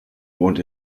wohnt